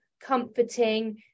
comforting